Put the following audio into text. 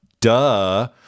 Duh